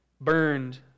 burned